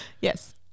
Yes